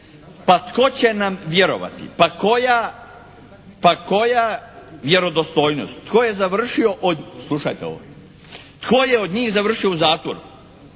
Pa tko će nam vjerovati. Pa koja vjerodostojnost. Tko je završio, slušajte ovo, tko je od njih završio u zatvoru.